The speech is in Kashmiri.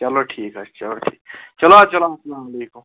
چلو ٹھیٖک حظ چھُ چلو ٹھیٖک چلو حظ چلو اَسَلامُ علیکُم